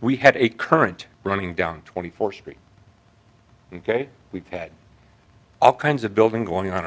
we had a current running down twenty four spring ok we've had all kinds of building going on